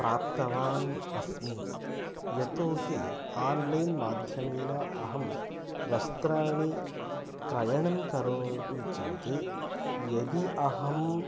प्राप्तवान् अस्मि यतो हि आन्लैन् माध्यमेन अहं वस्त्राणि क्रयणं करोमि चेत् यदि अहम्